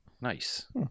Nice